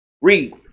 Read